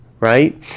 right